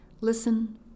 Listen